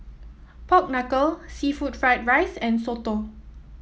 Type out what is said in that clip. Pork Knuckle seafood Fried Rice and soto